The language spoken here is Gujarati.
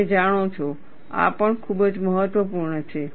તમે જાણો છો આ પણ ખૂબ જ મહત્વપૂર્ણ છે